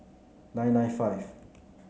nine nine five